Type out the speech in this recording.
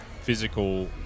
physical